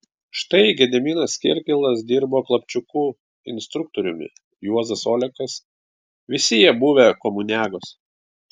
štai gediminas kirkilas dirbo klapčiuku instruktoriumi juozas olekas visi jie buvę komuniagos